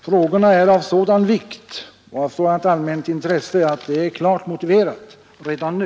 Frågorna är av sådan vikt och av sådant allmänt intresse att det är klart motiverat redan nu.